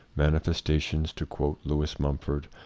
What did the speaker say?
manifestations, to quote lewis mumford,